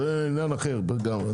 זה עניין אחר לגמרי.